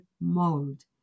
mold